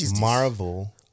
Marvel